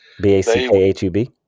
B-A-C-K-H-U-B